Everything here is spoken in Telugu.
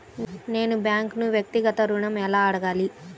నేను బ్యాంక్ను వ్యక్తిగత ఋణం ఎలా అడగాలి?